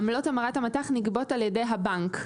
עמלות המרת המט"ח נגבות על ידי הבנק.